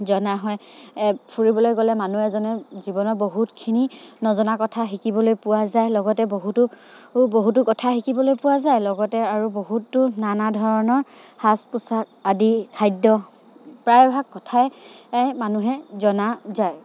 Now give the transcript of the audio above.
জনা হয় ফুৰিবলৈ গ'লে মানুহ এজনে জীৱনৰত বহুতখিনি নজনা কথা শিকিবলৈ পোৱা যায় লগতে বহুতো বহুতো কথা শিকিবলৈ পোৱা যায় লগতে আৰু বহুতো নানা ধৰণৰ সাজ পোচাক আদি খাদ্য প্ৰায়ভাগ কথাই মানুহে জনা যায়